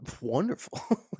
wonderful